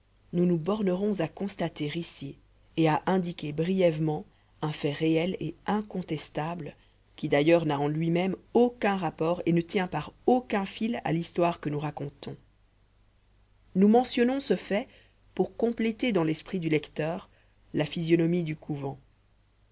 nous nous bornerons à constater ici et à indiquer brièvement un fait réel et incontestable qui d'ailleurs n'a en lui-même aucun rapport et ne tient par aucun fil à l'histoire que nous racontons nous mentionnons ce fait pour compléter dans l'esprit du lecteur la physionomie du couvent